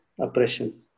oppression